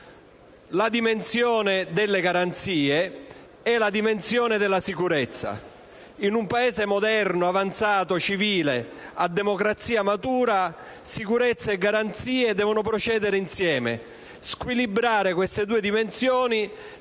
alla dimensione delle garanzie e alla dimensione della sicurezza. In un Paese moderno, avanzato, civile, a democrazia matura, sicurezza e garanzie devono procedere insieme: squilibrare queste due dimensioni